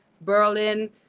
Berlin